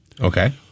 Okay